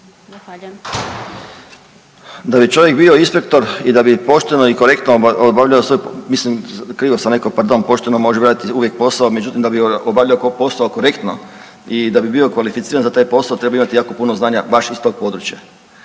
Da bi čovjek bio inspektor i da bi pošteno i korektno obavljao, svoj, mislim krivo sam rekao, pardon pošteno može obavljati uvijek posao međutim da bi obavljao ko posao korektno i da bi bio kvalificiran za taj posao treba imati jako puno znanja baš iz tog područja.